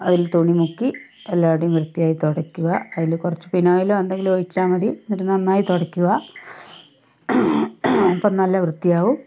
അതില് തുണി മുക്കി എല്ലാവിടേയും വൃത്തിയായി തുടയ്ക്കുക അതില് കുറച്ച് ഫിനോയിലോ എന്തെങ്കിലും ഒഴിച്ചാല് മതി എന്നിട്ട് നന്നായി തുടയ്ക്കുക അപ്പം നല്ല വൃത്തിയാവും